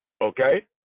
Okay